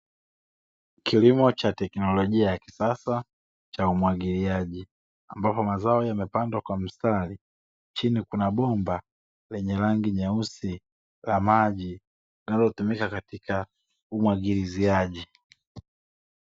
Kilimo cha teknolojia ya kisasa cha umwagiliaji ambapo mazao yamepandwa kwa mstari, chini kuna bomba lenye rangi nyeusi la maji linalotumika katika umwagiliziaji.